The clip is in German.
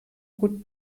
gut